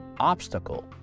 obstacle